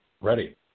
Ready